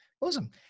awesome